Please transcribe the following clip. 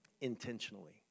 intentionally